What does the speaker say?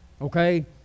Okay